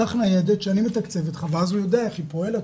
ניידת שאני מתקצבת לך' ואז הוא יודע איך הוא פועלת,